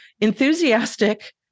enthusiastic